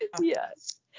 Yes